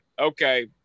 okay